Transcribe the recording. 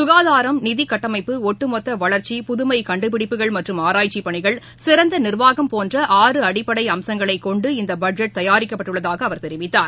சுகாதாரம் நிதி கட்டமைப்பு ஒட்டுமொத்த வளா்ச்சி புதுமை கண்டுபிடிப்புகள் மற்றும் ஆராய்ச்சிப் பணிகள் சிறந்த நிர்வாகம் போன்ற ஆறு அடிப்படை அம்சங்களைக் கொண்டு இந்த பட்ஜெட் தயாரிக்கப்பட்டுள்ளதாக அவர் தெரிவித்தார்